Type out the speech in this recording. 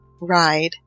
ride